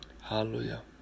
Hallelujah